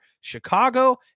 Chicago